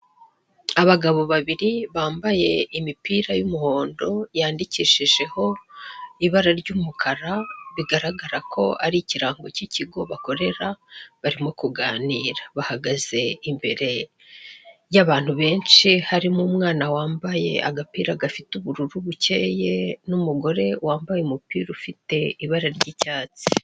Abagabo babiri, bambaye imipira y'umuhondo yandikishijeho ibara ry'umukara bigaragara ko ari ikirango k'ikigo bakorera barimo kuganira, bahagaze imbere y'abantu benshi harimo umwana wambaye agapira gafite ubururu bukeye, n'umugore wambaye umupira ufite, ibara ry'icyatsi.